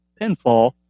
pinfall